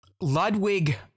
Ludwig